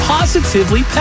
Positively